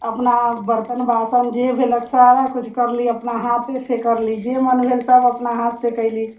अपना बर्तन बासन जे भेलक सारा किछु करली अपना हाथेसँ करली जे मन भेल सभ अपना हाथसँ कयली